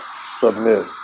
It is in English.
submit